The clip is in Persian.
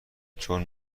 چون